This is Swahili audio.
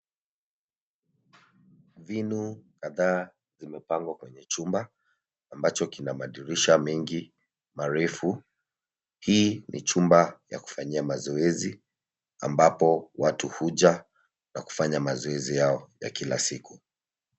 Vinu kadhaa zimepangwa kwenye chumba ambacho kina madirisha mengi marefu. Hii ni chumba ya kufanyia mazoezi ambapo watu huja na kufanya mazoezi yao ya kila siku.